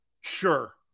Sure